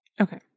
Okay